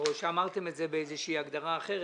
או שאמרתם את זה באיזושהי הגדרה אחרת.